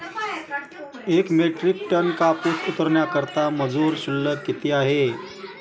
एक metric ton कापूस उतरवण्याकरता मजूर शुल्क किती आहे?